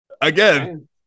Again